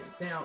Now